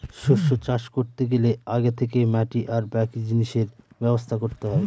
শস্য চাষ করতে গেলে আগে থেকে মাটি আর বাকি জিনিসের ব্যবস্থা করতে হয়